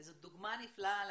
זאת דוגמה נפלאה לאחרים.